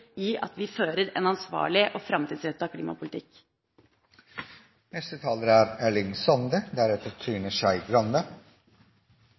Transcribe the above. i at vi fører en ansvarlig og